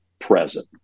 present